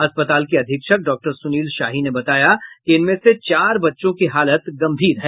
अस्पताल के अधीक्षक डॉक्टर सुनील शाही ने बताया कि इनमें से चार बच्चों की हालत गंभीर है